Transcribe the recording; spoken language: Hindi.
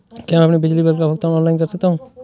क्या मैं अपने बिजली बिल का भुगतान ऑनलाइन कर सकता हूँ?